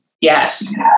yes